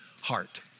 heart